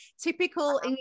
typical